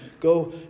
go